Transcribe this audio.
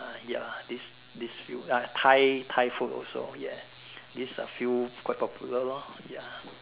ya these these few ya Thai Thai food also ya these are few quite popular lor ya